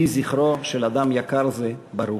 יהי זכרו של אדם יקר זה ברוך.